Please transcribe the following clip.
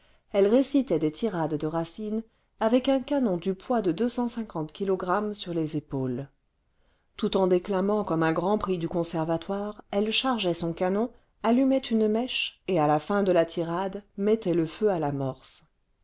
elle récitait des tirades de racine avec un canon du poids de kilog sur les épaules tout en déclamant comme un grand prix du conservatoire elle chargeait son canon allumait une mèche et à la fin de la tirade mettait le feu à l'amorce